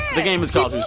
the game is called,